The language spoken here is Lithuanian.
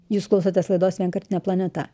jūs klausotės laidos vienkartinė planeta